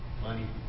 Money